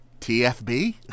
TFB